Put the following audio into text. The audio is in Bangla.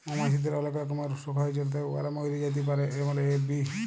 মমাছিদের অলেক রকমের অসুখ হ্যয় যেটতে উয়ারা ম্যইরে যাতে পারে যেমল এ.এফ.বি